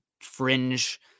fringe